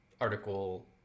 article